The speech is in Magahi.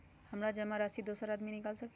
हमरा जमा राशि दोसर आदमी निकाल सकील?